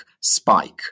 spike